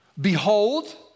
Behold